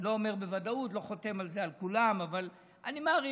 לא אומר בוודאות, לא חותם על כולם, אבל אני מעריך.